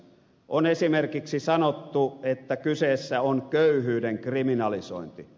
on esimerkiksi sanottu että kyseessä on köyhyyden kriminalisointi